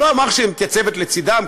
לא אומר שהיא מתייצבת לצדם,